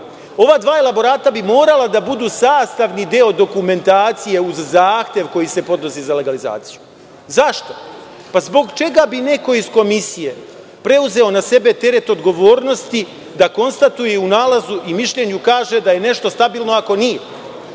Ova dva elaborata bi morala da budu sastavni deo dokumentacije uz zahtev koji se podnosi za legalizaciju. Zašto? Zbog čega bi neko iz komisije preuzeo na sebe teret odgovornosti da konstatuje i u nalazu i mišljenju kaže da je nešto stabilno ako nije? Pre